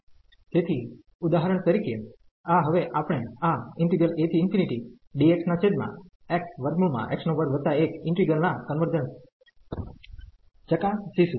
તેથી ઉદાહરણ તરીકે આ હવે આપણે આ ઈન્ટિગ્રલ ના કન્વર્જન્સ ચકાસીશું